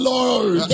Lord